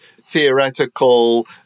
theoretical